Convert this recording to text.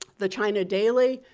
the china daily,